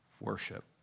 worship